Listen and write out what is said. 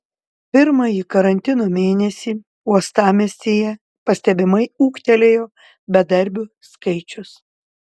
pirmąjį karantino mėnesį uostamiestyje pastebimai ūgtelėjo bedarbių skaičius